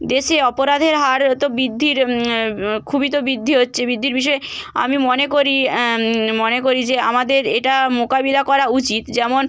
দেশে অপরাধের হার হয়তো বৃদ্ধির খুবই তো বৃদ্ধি হচ্ছে বৃদ্ধির বিষয়ে আমি মনে করি মনে করি যে আমাদের এটা মোকাবিলা করা উচিত যেমন